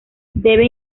debe